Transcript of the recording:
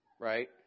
Right